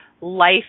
life